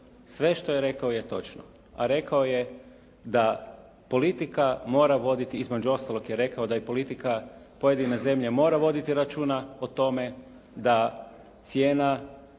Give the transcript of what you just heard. Sve što je rekao je točno. A rekao je da politika mora voditi, između ostalog je rekao da i politika određene zemlje mora voditi računa o tome da cijena